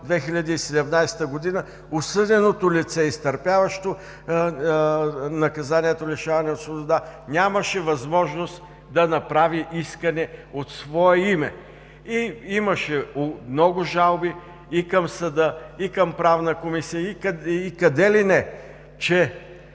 2017 г., осъденото лице, изтърпяващо наказанието лишаване от свобода, нямаше възможност да направи искане от свое име. Имаше много жалби и към съда, и към Правната комисия, и къде ли не, че